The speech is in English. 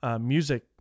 music